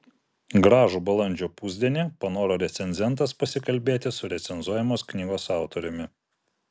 gražų balandžio pusdienį panoro recenzentas pasikalbėti su recenzuojamos knygos autoriumi